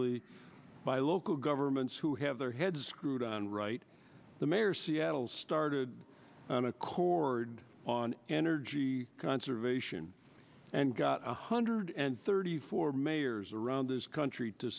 y by local governments who have their heads screwed on right the mayor seattle started an accord on energy conservation and got a hundred and thirty four mayors around this country to